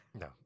No